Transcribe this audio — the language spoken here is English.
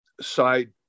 side